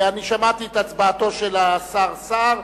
שמעתי את הצבעתו של השר סער,